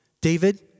David